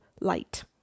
light